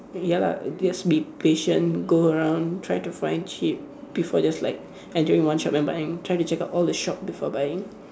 ya lah just be patient go around try to find cheap before just like entering one shop and buying try to check out all the shop before buying